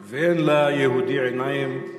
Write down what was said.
תודה, "ואין ליהודי עיניים?